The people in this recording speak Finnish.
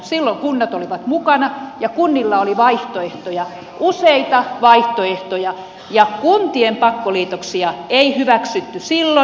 silloin kunnat olivat mukana ja kunnilla oli vaihtoehtoja useita vaihtoehtoja ja kuntien pakkoliitoksia ei hyväksytty silloin